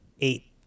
eight